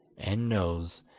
and nose,